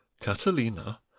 catalina